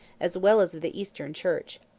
as well as of the eastern, church.